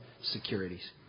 securities